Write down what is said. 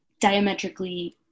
diametrically